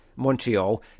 Montreal